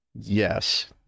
Yes